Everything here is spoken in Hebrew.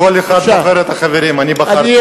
כל אחד בוחר את החברים, אני בחרתי,